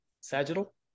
Sagittal